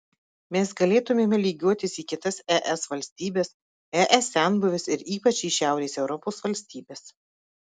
mes galėtumėme lygiuotis į kitas es valstybes es senbuves ir ypač į šiaurės europos valstybes